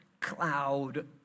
cloud